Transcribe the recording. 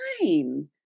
fine